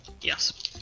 Yes